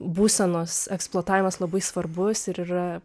būsenos eksploatavimas labai svarbus ir yra